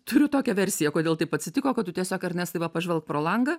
turiu tokią versiją kodėl taip atsitiko kad tu tiesiog ernestai va pažvelk pro langą